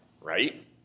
right